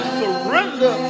surrender